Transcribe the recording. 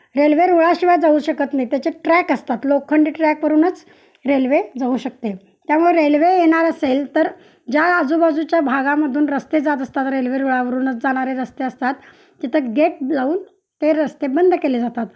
railway रुळाशिवाय जाऊ शकत नाही त्याचे ट्रॅक असतात लोखंडी ट्रॅकवरूनच रेल्वे जाऊ शकते त्यामुळे रेल्वे येणार असेल तर ज्या आजूबाजूच्या भागामधून रस्ते जात असतात रेल्वे रुळावरूनच जाणारे रस्ते असतात तिथं गेट लावून ते रस्ते बंद केले जातात